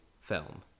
film